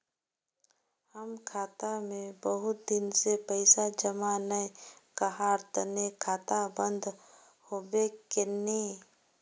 हम खाता में बहुत दिन से पैसा जमा नय कहार तने खाता बंद होबे केने?